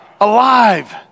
Alive